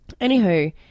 Anywho